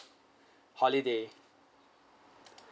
holiday